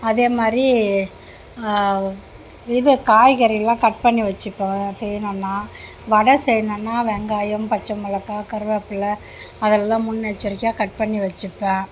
அதே மாதிரி இது காய்கறிலாம் கட் பண்ணி வச்சிப்பேன் செய்ணுன்னா வடை செய்ணுன்னா வெங்காயம் பச்சைமிளகா கருவேப்பில்லை அதெல்லாம் முன்னெச்சரிக்கையாக கட் பண்ணி வச்சிப்பேன்